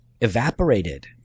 Evaporated